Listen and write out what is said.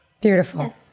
Beautiful